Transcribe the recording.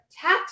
tax